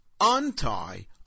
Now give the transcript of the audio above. untie